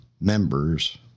members